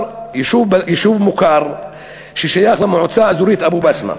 יישוב מוכר ששייך למועצה האזורית אבו-בסמה.